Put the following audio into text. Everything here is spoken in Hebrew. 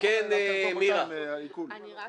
אבל אתה לא יכול לעשות כל חודשיים עיקול.